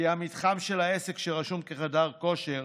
כי המתחם של העסק שרשום כחדר כושר